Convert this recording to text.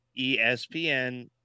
ESPN